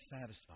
satisfied